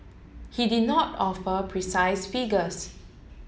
he did not offer precise figures